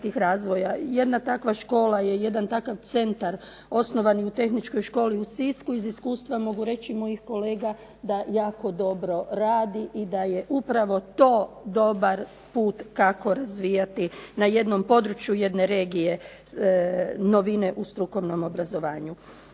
jedna takva škola je osnovani u Tehničkoj školi u Sisku, iz iskustva mogu reći mojih kolega, da jako dobro radi i da je upravo to dobar jedan put kako razvijati na jednom području jedne regije, novine u strukovnom obrazovanju.